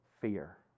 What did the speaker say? fear